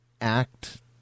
act